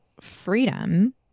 freedom